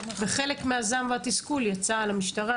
וחלק מן הזעם ומן התסכול יצא על המשטרה,